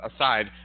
aside